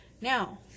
Now